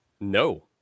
No